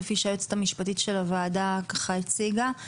כפי שהיועצת המשפטית של הוועדה הציגה.